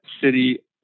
city